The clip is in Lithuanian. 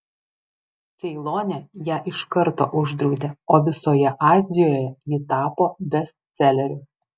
ceilone ją iš karto uždraudė o visoje azijoje ji tapo bestseleriu